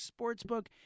Sportsbook